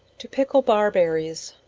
to pickle barberries.